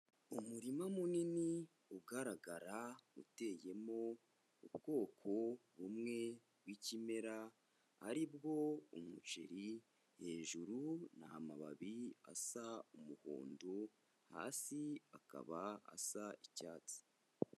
Umurima munini ugaragara uteyemo ubwoko bumwe bw'ikimera, ari bwo umuceri, hejuru ni amababi asa umuhondo, hasi akaba asa icyatsi.